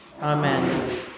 Amen